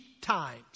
times